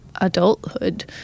adulthood